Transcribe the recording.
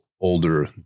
older